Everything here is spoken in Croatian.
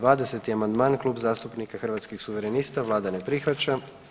20. amandman Kluba zastupnika Hrvatskih suverenista, Vlada ne prihvaća.